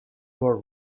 were